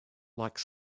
like